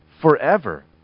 forever